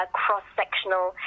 cross-sectional